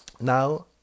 Now